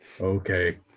Okay